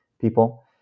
people